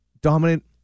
Dominant